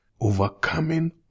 overcoming